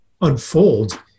unfold